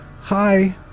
hi